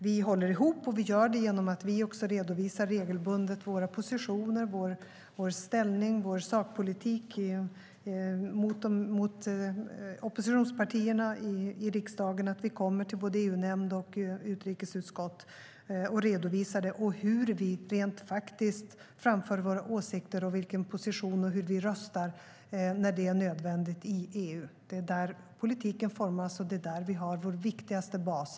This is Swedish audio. Vi håller ihop, och vi gör det genom att vi regelbundet redovisar våra positioner, vår ställning och vår sakpolitik gentemot oppositionspartierna i riksdagen. Vi kommer till både EU-nämnd och utrikesutskott och redovisar det, hur vi rent faktiskt framför våra åsikter, vilken position vi har och hur vi röstar, när det är nödvändigt, i EU. Det är där politiken formas, och det är där vi har vår viktigaste bas.